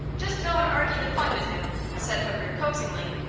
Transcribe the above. just go and argy the point with him, said hooker, coaxingly.